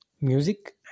music